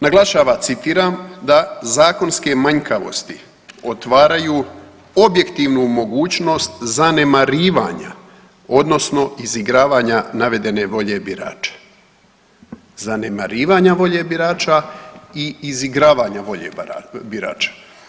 Naglašava, citiram, da zakonske manjkavosti otvaraju objektivnu mogućnost zanemarivanja odnosno izigravanja navedene volje birača. zanemarivanja volje birača i izigravanje volje birača.